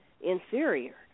inferior